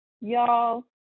y'all